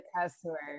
customer